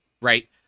right